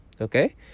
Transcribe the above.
Okay